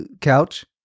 couch